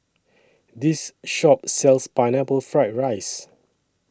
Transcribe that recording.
This Shop sells Pineapple Fried Rice